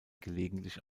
gelegentlich